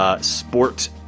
sport